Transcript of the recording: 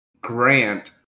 Grant